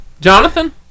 Jonathan